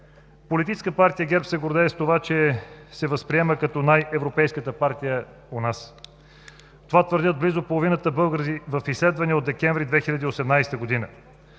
Политическа партия ГЕРБ се гордее с това, че се възприема като най европейската партия у нас. Това твърдят близо половината българи в изследвания от декември 2018 г.